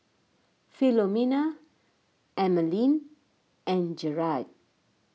Philomena Emaline and Jarrett